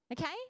okay